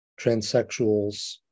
transsexuals